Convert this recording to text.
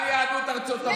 על יהדות ארצות הברית?